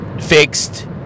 fixed